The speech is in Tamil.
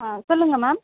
ஆ சொல்லுங்கள் மேம்